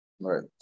Right